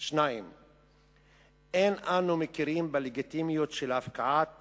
2. אין אנו מכירים בלגיטימיות של הפקעת